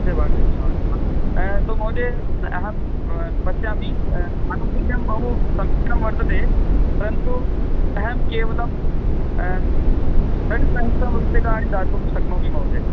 महोदय अहं पश्यामि आनुकूल्यं बहु समीचीनं वर्तते परन्तु अहं केवलं षड् सहस्रं रूप्यकाणि दातुं शक्नोमि महोदय